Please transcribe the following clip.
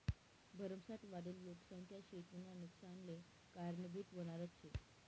भरमसाठ वाढेल लोकसंख्या शेतीना नुकसानले कारनीभूत व्हनारज शे